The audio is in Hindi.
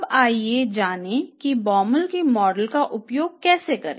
अब आइए जानें कि Baumol के मॉडल का उपयोग कैसे करें